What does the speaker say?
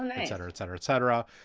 and etc, etc, etc?